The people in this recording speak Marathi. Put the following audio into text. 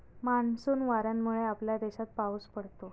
मान्सून वाऱ्यांमुळे आपल्या देशात पाऊस पडतो